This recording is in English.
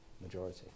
majority